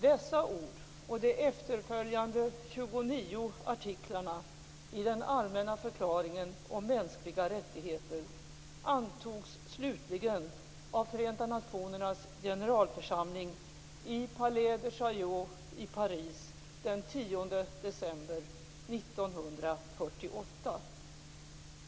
Dessa ord, och de efterföljande 29 artiklarna i Den allmänna förklaringen om mänskliga rättigheter, antogs slutligen av Förenta nationernas generalförsamling i Palais de Chaillot i Paris den 10 december 1948.